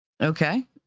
okay